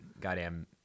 goddamn